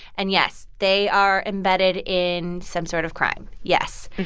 and yes, they are embedded in some sort of crime. yes.